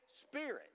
Spirit